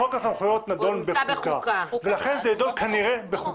חוק הסמכויות נדון בחוקה ולכן זה ידון כנראה בחוקה.